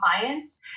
clients